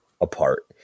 apart